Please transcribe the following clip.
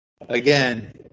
Again